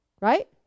right